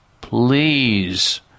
please